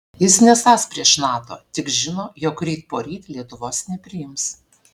jis nesąs prieš nato tik žino jog ryt poryt lietuvos nepriims